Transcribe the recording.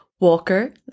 Walker